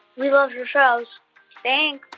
we love your shows thanks